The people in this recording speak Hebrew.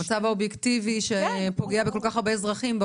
המצב האובייקטיבי שפוגע בכל כך הרבה אזרחים,